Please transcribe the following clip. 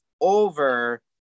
over